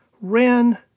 ran